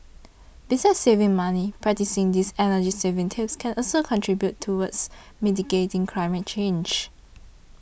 besides saving money practising these energy saving tips can also contribute towards mitigating climate change